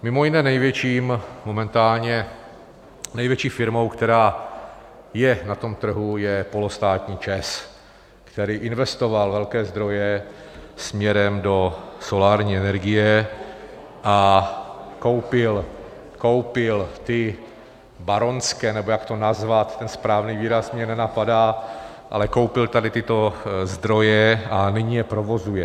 Mimo jiné momentálně největší firmou, která je na tom trhu, je polostátní ČEZ, který investoval velké zdroje směrem do solární energie a koupil ty baronské nebo jak to nazvat, ten správný výraz mě nenapadá ale koupil tyto zdroje a nyní je provozuje.